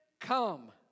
come